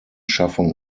schaffung